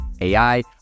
AI